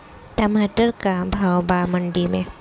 टमाटर का भाव बा मंडी मे?